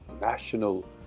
national